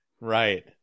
Right